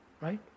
Right